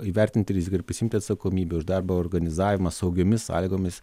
įvertinti riziką ir prisiimti atsakomybę už darbo organizavimą saugiomis sąlygomis